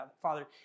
father